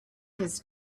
his